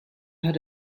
had